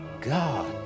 God